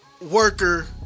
Worker